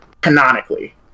canonically